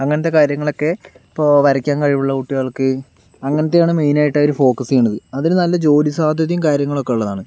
അങ്ങനത്തെ കാര്യങ്ങളൊക്കെ ഇപ്പോൾ വരയ്ക്കാൻ കഴിവുള്ള കുട്ടികൾക്ക് അങ്ങനത്തെയാണ് മെയിനായിട്ടവര് ഫോക്കസ് ചെയ്യുന്നത് അതൊരു നല്ല ജോലി സാധ്യതയും കാര്യങ്ങളൊക്കെ ഉള്ളതാണ്